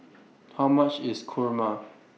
How much IS Kurma